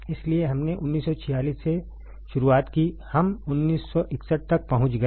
इसलिए हमने 1946 से शुरुआत की हम 1961 तक पहुंच गए